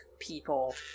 people